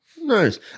Nice